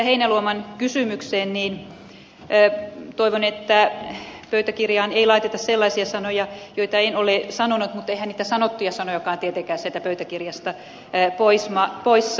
heinäluoman kysymykseen toivon että pöytäkirjaan ei laiteta sellaisia sanoja joita en ole sanonut mutta eihän niitä sanottuja sanojakaan tietenkään sieltä pöytäkirjasta pois saa